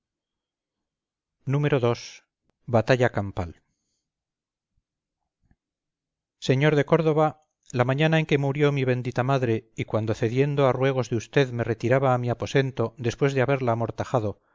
ii batalla campal señor de córdoba la mañana en que murió mi bendita madre y cuando cediendo a ruegos de usted me retiraba a mi aposento después de haberla amortajado